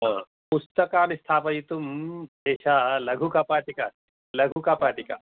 पुस्तकानि स्थापयितुम् एषा लघुकपाटिका लघुकपाटिका